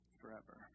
forever